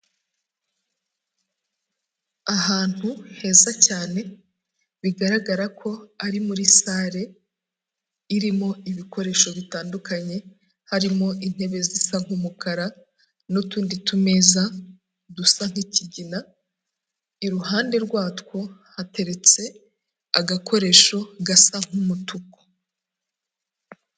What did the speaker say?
Ahantu heza cyane, bigaragara ko ari muri sale irimo ibikoresho bitandukanye, harimo intebe zisa nk'umukara n'utundi tumeza dusa nk'ikigina, iruhande rwatwo hateretse agakoresho gasa nk'umutuku.